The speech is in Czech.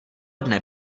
dne